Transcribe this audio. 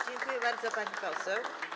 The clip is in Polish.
Dziękuję bardzo, pani poseł.